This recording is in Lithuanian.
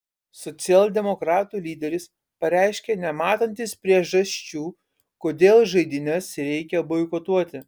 socialdemokratų lyderis pareiškė nematantis priežasčių kodėl žaidynes reikia boikotuoti